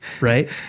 right